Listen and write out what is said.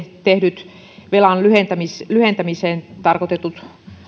tehdyt velan lyhentämiseen lyhentämiseen tarkoitetut